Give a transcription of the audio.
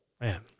man